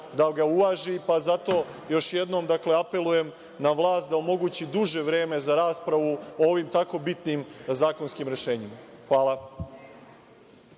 da ga uvaži. Zato još jednom apelujem na vlast da omogući duže vreme za raspravu o ovim tako bitnim zakonskim rešenjima. Hvala.